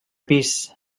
pis